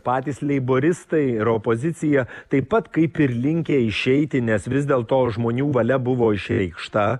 patys leiboristai ir opozicija taip pat kaip ir linkę išeiti nes vis dėlto žmonių valia buvo išreikšta